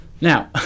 now